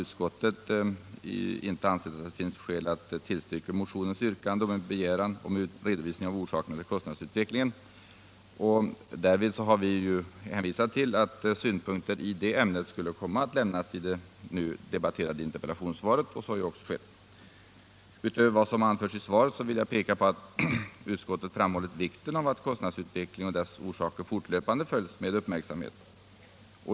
Utskottet har inte ansett att det finns skäl att tillstyrka motionens begäran. Därvid har utskottet hänvisat till att synpunkter härpå skulle komma att lämnas i ett interpellationssvar, och så har ju nu skett. Utöver vad som har anförts i svaret vill jag peka på att utskottet framhållit vikten av att kostnadsutvecklingen och dess orsaker fortlöpande följs med uppmärksamhet.